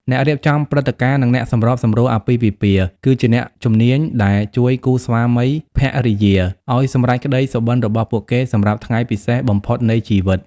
អ្នករៀបចំព្រឹត្តិការណ៍ ឬអ្នកសម្របសម្រួលអាពាហ៍ពិពាហ៍ គឺជាអ្នកជំនាញដែលជួយគូស្វាមីភរិយាឱ្យសម្រេចក្តីសុបិន្តរបស់ពួកគេសម្រាប់ថ្ងៃពិសេសបំផុតនៃជីវិត។